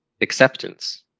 acceptance